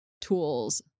tools